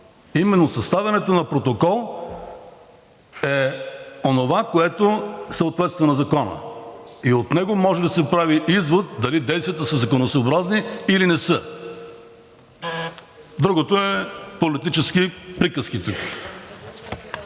именно съставянето на протокол е онова, което съответства на Закона, и от него може да се прави извод дали действията са законосъобразни, или не са. Другото е политически приказки